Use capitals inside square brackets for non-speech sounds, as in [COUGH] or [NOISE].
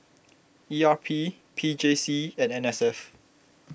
E R P P J C and N S [NOISE] F